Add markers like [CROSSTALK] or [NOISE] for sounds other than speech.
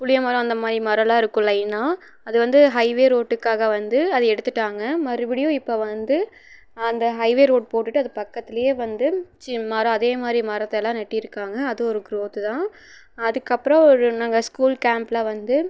புளிய மரம் அந்த மாதிரி மரமமெலாம் இருக்கும் லைனாக அது வந்து ஹைவே ரோட்டுக்காக வந்து அது எடுத்துட்டாங்க மறுபடியும் இப்போ வந்து அந்த ஹைவே ரோட் போட்டுட்டு அது பக்கத்திலையே வந்து [UNINTELLIGIBLE] அதே மாதிரி மரத்தையெல்லாம் நட்டிருக்காங்க அது ஒரு குரோத்து தான் அதுக்கு அப்பறம் ஒரு நாங்கள் ஸ்கூல் கேம்பில் வந்து